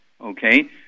okay